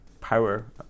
power